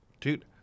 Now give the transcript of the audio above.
Dude